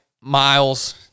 miles